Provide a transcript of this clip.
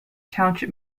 township